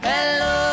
Hello